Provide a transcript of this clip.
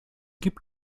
gibt